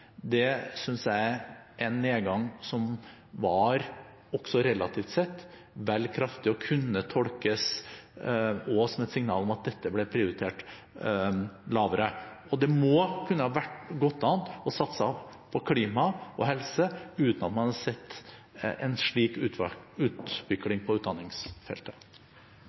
jeg var en nedgang som var, også relativt sett, vel kraftig, og som kunne tolkes som et signal om at dette ble prioritert lavere. Det måtte kunne gått an å satse på klima og helse uten å få en slik utvikling på utdanningsfeltet.